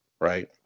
right